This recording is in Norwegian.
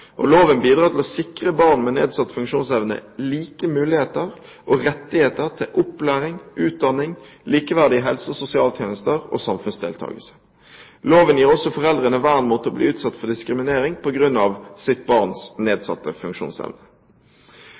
diskriminering. Loven bidrar til å sikre barn med nedsatt funksjonsevne like muligheter og rettigheter til opplæring, utdanning, likeverdige helse- og sosialtjenester og samfunnsdeltakelse. Loven gir også foreldrene vern mot å bli utsatt for diskriminering på grunn av sitt barns nedsatte funksjonsevne.